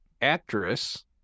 actress